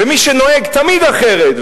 ומי שנוהג תמיד אחרת,